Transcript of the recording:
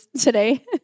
today